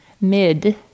Mid